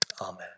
Amen